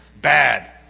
Bad